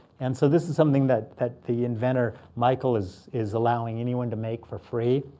and so this is something that that the inventor, michael, is is allowing anyone to make for free.